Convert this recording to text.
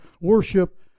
worship